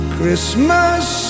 Christmas